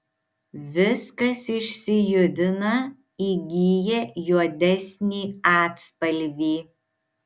viskas išsijudina įgyja juodesnį atspalvį